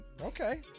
Okay